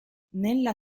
nella